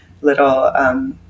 little